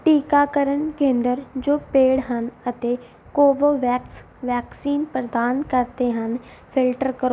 ਟੀਕਾਕਰਨ ਕੇਂਦਰ ਜੋ ਪੇਡ ਹਨ ਅਤੇ ਕੋਵੋਵੈਕਸ ਵੈਕਸੀਨ ਪ੍ਰਦਾਨ ਕਰਦੇ ਹਨ ਫਿਲਟਰ ਕਰੋ